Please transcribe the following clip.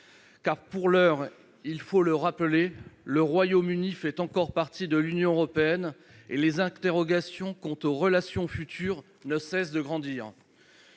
pour l'heure- faut-il le rappeler ?-, le Royaume-Uni fait encore partie de l'Union européenne, et les interrogations quant aux relations futures ne cessent de grandir.